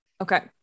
Okay